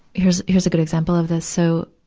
here's, here's a good example of this. so,